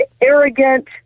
arrogant